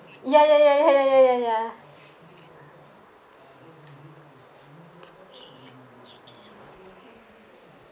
ya ya ya ya ya ya ya